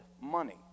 money